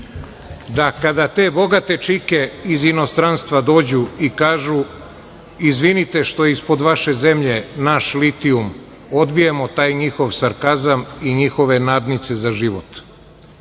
Da kada te bogate čike iz inostranstva dođu i kažu - izvinite što je ispod vaše zemlje naš litijum, odbijemo taj njihov sarkazam i njihove nadnice za život. Dosta